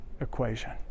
equation